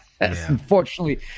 Unfortunately